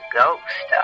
ghost